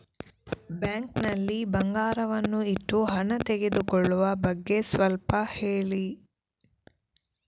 Bank ನಲ್ಲಿ ಬಂಗಾರವನ್ನು ಇಟ್ಟು ಹಣ ತೆಗೆದುಕೊಳ್ಳುವ ಬಗ್ಗೆ ಸ್ವಲ್ಪ ಹೇಳಿ ನೋಡುವ?